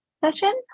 session